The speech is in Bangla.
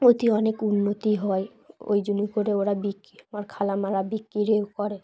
ওতে অনেক উন্নতি হয় ওই জন্যই করে ওরা বিক্রি আমার খালা মা রা বিক্রিও করে